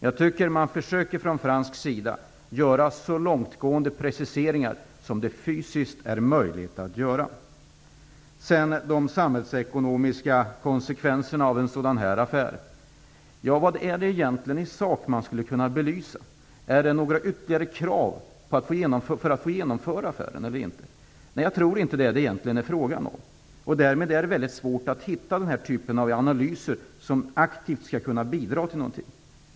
Jag tycker att man i Frankrike försöker att göra så långtgående preciseringar som det fysiskt är möjligt. Låt mig sedan gå över till de samhällsekonomiska konsekvenserna av den här affären. Vad är det egentligen man skulle kunna belysa i sak? Är det några ytterligare krav för att få genomföra affären? Jag tror egentligen inte att det är frågan om detta. Det är mycket svårt att hitta en typ av analys som aktivt kan bidra med något.